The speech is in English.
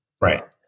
Right